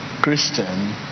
Christian